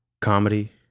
comedy